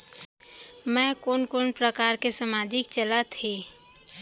मैं कोन कोन प्रकार के सामाजिक चलत हे?